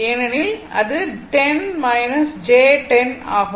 ஏனெனில் அது 10 j 10 ஆகும்